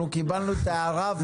אנחנו קיבלנו את ההערה,